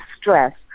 stress